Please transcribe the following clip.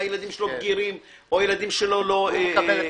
הילדים שלו בגירים או ילדים שלו לא בגירים.